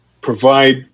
provide